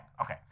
okay